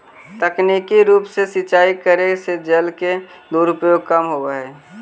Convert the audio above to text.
तकनीकी रूप से सिंचाई करे से जल के दुरुपयोग कम होवऽ हइ